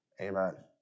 Amen